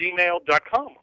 gmail.com